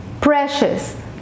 precious